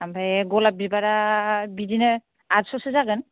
ओमफ्राय गलाब बिबारा बिदिनो आटस' सो जागोन